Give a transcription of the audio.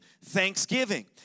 thanksgiving